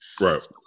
right